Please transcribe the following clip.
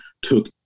took